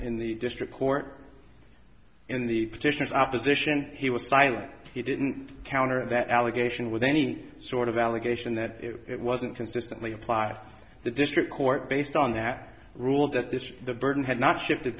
in the district court in the petitioners opposition he was silent he didn't counter that allegation with any sort of allegation that it wasn't consistently apply the district court based on that ruled that this the burden had not shifted